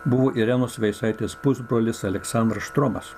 buvo irenos veisaitės pusbrolis aleksandras štromas